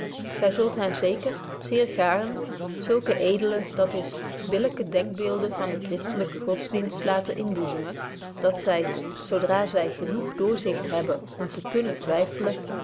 gy zult hen zeker zeer gaarn zulke edele dat is billyke denkbeelden van den christelyken godsdienst laten inboezemen dat zy zodra zy genoeg doorzicht hebben om te kunnen twyffelen